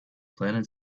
planet